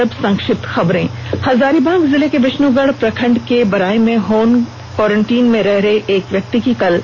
और अब संक्षिप्त खबरें हजारीबाग जिला के विष्णुगढ़ प्रखंड के बराय में होम क्वारेन्टीन में रह रहे एक व्यक्ति की कल मौत हो गई